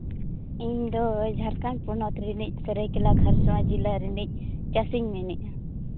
ᱤᱧᱫᱚ ᱡᱷᱟᱲᱠᱷᱚᱸᱰ ᱯᱚᱱᱚᱛ ᱨᱤᱱᱤᱡ ᱥᱟᱹᱨᱟᱹᱭᱠᱮᱞᱟ ᱠᱷᱟᱹᱨᱥᱟᱣᱟ ᱡᱮᱞᱟ ᱨᱤᱱᱤᱡ ᱪᱟᱹᱥᱤᱧ ᱢᱮᱱᱫᱟ